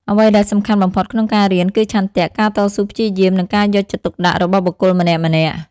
អ្វីដែលសំខាន់បំផុតក្នុងការៀន គឺឆន្ទៈ ការតស៊ូព្យាយាម និងការយកចិត្តទុកដាក់របស់បុគ្គលម្នាក់ៗ។